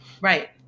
right